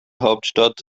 hauptstadt